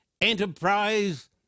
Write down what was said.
enterprise